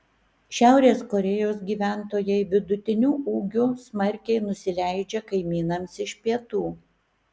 šiaurės korėjos gyventojai vidutiniu ūgiu smarkiai nusileidžia kaimynams iš pietų